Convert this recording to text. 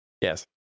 yes